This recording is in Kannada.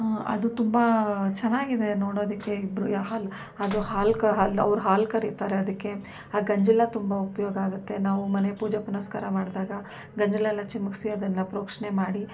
ಅದು ತುಂಬ ಚೆನ್ನಾಗಿದೆ ನೋಡೋದಕ್ಕೆ ಇಬ್ಬರು ಹಾಲು ಅದು ಹಾಲು ಕ್ ಹಾಲು ಅವ್ರು ಹಾಲು ಕರೀತಾರೆ ಅದಕ್ಕೆ ಆ ಗಂಜಲ ತುಂಬ ಉಪಯೋಗ ಆಗುತ್ತೆ ನಾವು ಮನೆ ಪೂಜೆ ಪುನಸ್ಕಾರ ಮಾಡಿದಾಗ ಗಂಜಲ ಎಲ್ಲ ಚಿಮುಕ್ಸಿ ಅದನ್ನು ಪ್ರೋಕ್ಷಣೆ ಮಾಡಿ